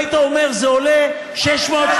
והייתי אומר: זה עולה 600,